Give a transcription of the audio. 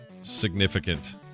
significant